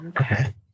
Okay